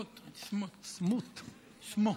שלום,